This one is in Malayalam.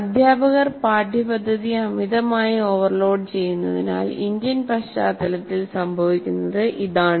അധ്യാപകർ പാഠ്യപദ്ധതി അമിതമായി ഓവർലോഡ് ചെയ്യുന്നതിനാൽ ഇന്ത്യൻ പശ്ചാത്തലത്തിൽ സംഭവിക്കുന്നത് ഇതാണ്